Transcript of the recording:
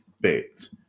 bit